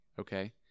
Okay